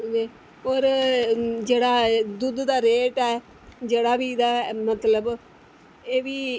होर जेह्ड़ा दुद्ध दा रेट ऐ जेह्ड़ा बी एह्दा मतलब एह्बी